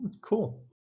Cool